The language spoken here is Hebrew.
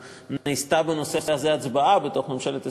שנעשתה בנושא הזה הצבעה בתוך ממשלת ישראל,